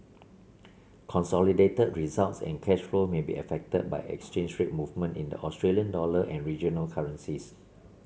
consolidated results and cash flow may be affected by exchange rate movement in the Australian dollar and regional currencies